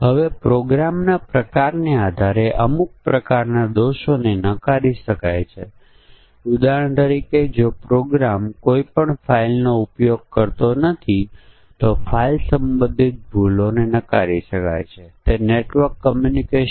અને આ કારણોના વિશિષ્ટ સંયોજનોથી થોડી અસર બને છે ઉદાહરણ તરીકે થાપણ 1 વર્ષથી ઓછી છે અને થાપણ 1 લાખ કરતા ઓછી છે તે 6 ટકા ઉત્પન્ન કરશે